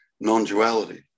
non-duality